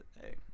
hey